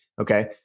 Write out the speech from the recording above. Okay